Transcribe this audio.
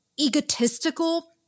egotistical